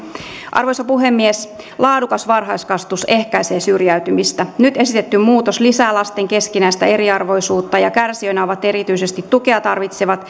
arvoisa puhemies laadukas varhaiskasvatus ehkäisee syrjäytymistä nyt esitetty muutos lisää lasten keskinäistä eriarvoisuutta ja kärsijöinä ovat erityisesti tukea tarvitsevat